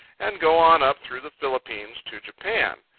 and go on up through the philippines to japan.